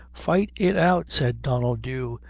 fight it out, said donnel dhu,